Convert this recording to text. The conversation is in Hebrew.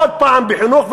עוד פעם בחינוך,